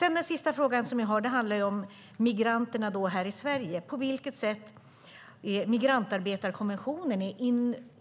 En sista fråga som handlar om migranterna här i Sverige: På vilket sätt är migrantarbetarkonventionen